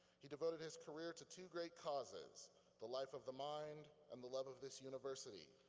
he devoted his career to two great causes the life of the mind and the love of this university,